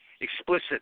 explicit